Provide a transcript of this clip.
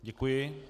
Děkuji.